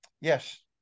Yes